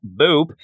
boop